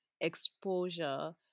exposure